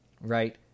Right